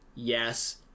Yes